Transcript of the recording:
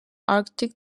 arctic